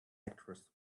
actress